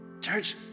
Church